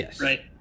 right